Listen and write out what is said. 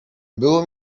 było